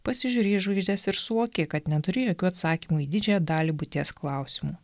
pasižiūri į žvaigždes ir suvoki kad neturi jokių atsakymų į didžiąją dalį būties klausimų